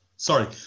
Sorry